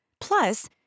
Plus